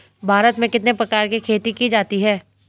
भारत में कितने प्रकार की खेती की जाती हैं?